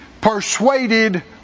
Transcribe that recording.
persuaded